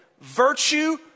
virtue